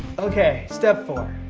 okay, step four